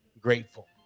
grateful